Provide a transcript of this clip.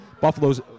Buffalo's